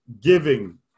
giving